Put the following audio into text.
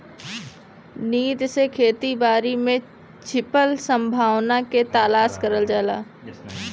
नीति से खेती बारी में छिपल संभावना के तलाश करल जाला